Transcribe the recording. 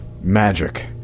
magic